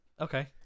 Okay